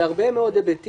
בחוק יסוד: הממשלה,